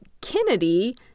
Kennedy